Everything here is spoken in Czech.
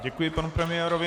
Děkuji panu premiérovi.